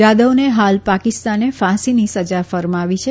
જાધવને ફાલ પાકિસ્તાને ફાસીની સજા ફરમાવી છે